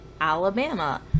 Alabama